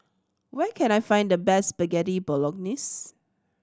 where can I find the best Spaghetti Bolognese